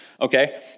okay